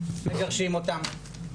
מגרשים אותן.